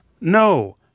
no